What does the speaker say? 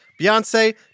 Beyonce